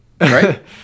Right